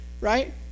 right